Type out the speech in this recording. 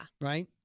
Right